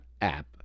app